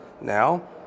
Now